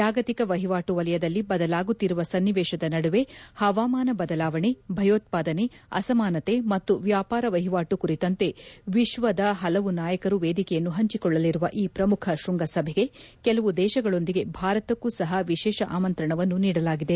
ಜಾಗತಿಕ ವಹಿವಾಟು ವಲಯದಲ್ಲಿ ಬದಲಾಗುತ್ತಿರುವ ಸನ್ನಿವೇಶದ ನಡುವೆ ಹವಾಮಾನ ಬದಲಾವಣೆ ಭಯೋತ್ಪಾದನೆ ಅಸಮಾನತೆ ಮತ್ತು ವ್ಯಾಪಾರ ವಹಿವಾಣು ಕುರಿತಂತೆ ವಿಶ್ವದ ಹಲವು ನಾಯಕರು ವೇದಿಕೆಯನ್ನು ಹಂಚಿಕೊಳ್ಳಲಿರುವ ಈ ಪ್ರಮುಖ ಶೃಂಗಸಭೆಗೆ ಕೆಲವು ದೇಶಗಳೊಂದಿಗೆ ಭಾರತಕ್ನೂ ಸಹ ವಿಶೇಷ ಆಮಂತ್ರಣವನ್ನು ನೀಡಲಾಗಿದೆ